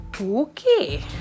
Okay